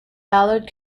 ballard